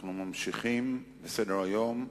אנחנו ממשיכים בסדר-היום: